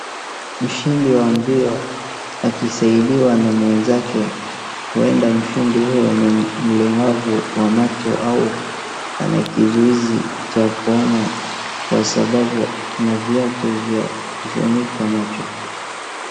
Mshindi wa mbio akisaidiwa na mwenzake. Huenda mshindi huyo ni mlemavu wa macho au ana kizuizi cha kuona kwa sababu ana viatu vya kufunika macho.